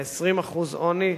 ב-20% עוני,